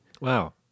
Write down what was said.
Wow